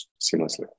seamlessly